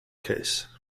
case